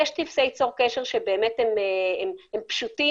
יש טפסי צור קשר שהם פשוטים,